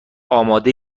آماده